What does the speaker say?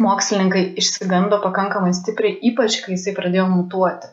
mokslininkai išsigando pakankamai stipriai ypač kai jisai pradėjo mutuoti